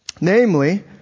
Namely